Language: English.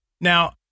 Now